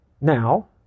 now